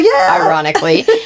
ironically